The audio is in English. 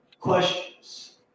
questions